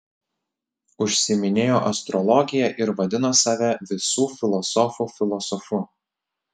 užsiiminėjo astrologija ir vadino save visų filosofų filosofu